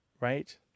right